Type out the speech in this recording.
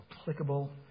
applicable